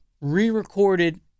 re-recorded